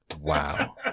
Wow